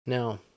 now